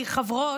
כי חברות,